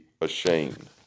ashamed